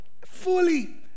fully